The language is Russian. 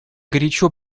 горячо